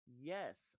yes